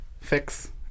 fix